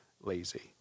lazy